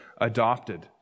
adopted